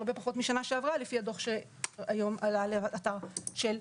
הרבה פחות משנה שעברה לפי הדוח שהיום עלה לאתר של הממ"מ.